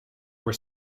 were